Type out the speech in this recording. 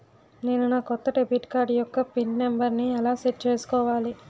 నేను నా కొత్త డెబిట్ కార్డ్ యెక్క పిన్ నెంబర్ని ఎలా సెట్ చేసుకోవాలి?